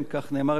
בשמך,